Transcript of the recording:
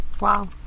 Wow